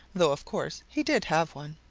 though of course he did have one.